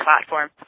platform